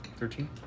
Thirteen